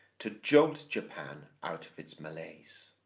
to jolt japan out of its malaise.